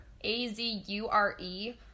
A-Z-U-R-E